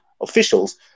officials